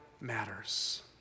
matters